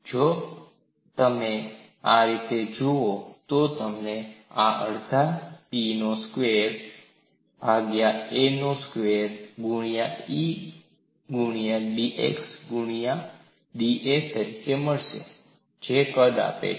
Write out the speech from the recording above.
જો તમે આ રીતે જુવો તો તમને આ અડધા Pનો સ્ક્વેર્ડ ભાગ્યા A નો સ્ક્વેર્ડ ગુણ્યા E ગુણ્યા dx ગુણ્યા dA તરીકે મળશે જે કદ આપે છે